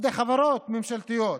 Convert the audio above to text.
ועובדי חברות ממשלתיות,